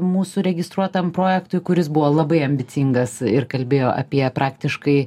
mūsų registruotam projektui kuris buvo labai ambicingas ir kalbėjo apie praktiškai